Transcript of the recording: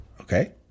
okay